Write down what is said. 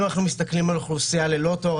אם אנחנו מסתכלים על אוכלוסייה ללא תואר